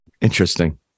Interesting